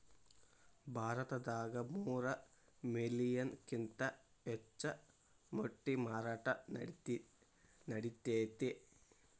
ಭಾರತದಾಗ ಮೂರ ಮಿಲಿಯನ್ ಕಿಂತ ಹೆಚ್ಚ ಮೊಟ್ಟಿ ಮಾರಾಟಾ ನಡಿತೆತಿ